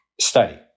study